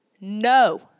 No